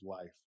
life